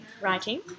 Writing